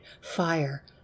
fire